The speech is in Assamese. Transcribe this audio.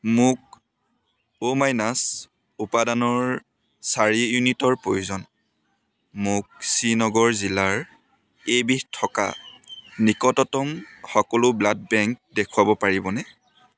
মোক ও মাইনাছ উপাদানৰ চাৰি ইউনিটৰ প্ৰয়োজন মোক শ্ৰীনগৰ জিলাৰ এইবিধ থকা নিকটতম সকলো ব্লাড বেংক দেখুৱাব পাৰিবনে